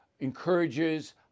encourages